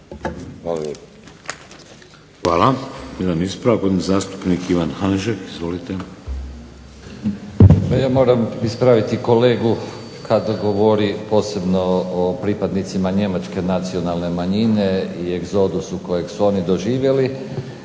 (HDZ)** Hvala. Jedan ispravak, gospodin zastupnik Ivan Hanžek. Izvolite. **Hanžek, Ivan (SDP)** Pa ja moram ispraviti kolegu kad govori posebno o pripadnicima njemačke nacionalne manjine i egzodus kojeg su oni doživjeli.